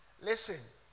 Listen